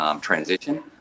transition